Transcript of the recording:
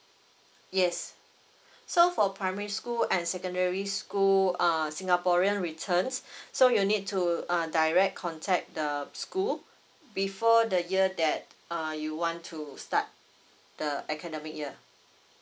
yes so for primary school and secondary school err singaporean returns so you need to uh direct contact the school before the year that uh you want to start the academic year